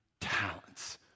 talents